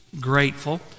grateful